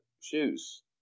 shoes